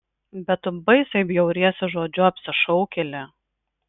bet tu baisiai bjauriesi žodžiu apsišaukėlė